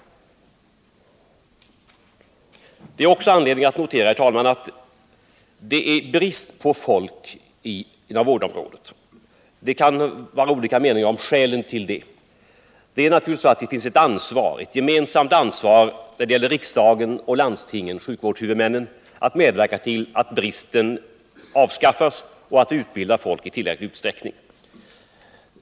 Det finns också anledning att notera, herr talman, ått det är brist på folk inom vårdområdet. Det kan vara olika meningar. om skälen till detta. Det finns naturligtvis ett gemensamt ansvar hos riksdagen och landstingen — sjukvårdshuvudmännen — för att medverka till att avhjälpa bristen och utbilda folk i tillräcklig utsträckning.